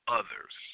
others